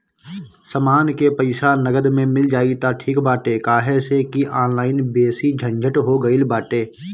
समान के पईसा नगद में मिल जाई त ठीक बाटे काहे से की ऑनलाइन बेसी झंझट हो गईल बाटे